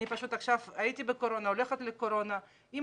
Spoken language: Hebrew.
אני עכשיו הייתי בוועדת קורונה, הולכת לקורונה.